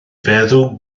feddw